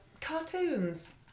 cartoons